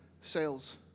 sales